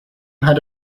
had